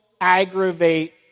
aggravate